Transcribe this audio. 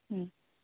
হুম